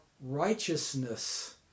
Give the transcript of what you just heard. righteousness